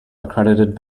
accredited